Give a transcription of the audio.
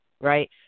right